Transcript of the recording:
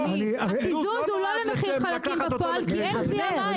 הקיזוז הוא לא למחיר חלקים בפועל כי אין קביעה מהי.